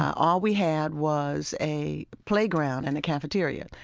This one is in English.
all we had was a playground and a cafeteria.